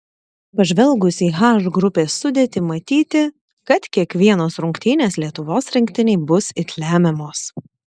pažvelgus į h grupės sudėtį matyti kad kiekvienos rungtynės lietuvos rinktinei bus it lemiamos